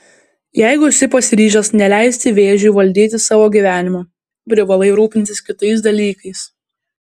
jeigu esi pasiryžęs neleisti vėžiui valdyti savo gyvenimo privalai rūpintis kitais dalykais